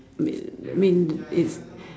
mean mean it's